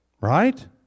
Right